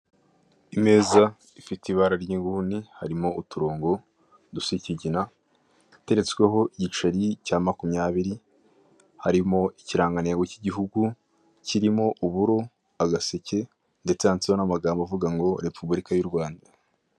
Imeza ifite ibara ry'inguni harimo uturongo dusa ikigina iteretsweho igiceri cya makumyabiri harimo ikirangantego k'igihugu kirimo uburo, agaseke ndetse handitseho n'amagambo avuga ngo repuburika y'u Rwanda.